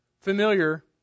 familiar